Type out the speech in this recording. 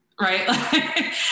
right